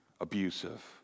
abusive